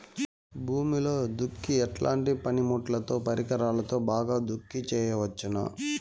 భూమిలో దుక్కి ఎట్లాంటి పనిముట్లుతో, పరికరాలతో బాగా దుక్కి చేయవచ్చున?